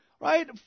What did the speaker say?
right